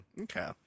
Okay